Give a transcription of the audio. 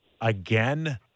again